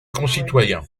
concitoyens